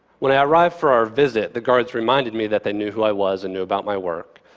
when i arrived for our visit, the guards reminded me that they knew who i was and knew about my work.